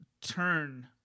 turn